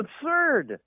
absurd